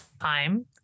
time